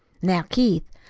now, keith,